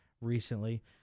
recently